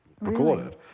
recorded